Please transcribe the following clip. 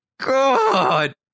God